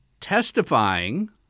testifying